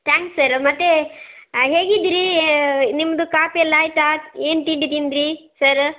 thanks sir ಮತ್ತು ಹೇಗಿದ್ರೀ ನಿಮ್ಮದು ಕಾಪಿ ಎಲ್ಲ ಆಯ್ತಾ ಏನು ತಿಂಡಿ ತಿಂದ್ರೀ ಸರ್ರ್